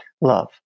love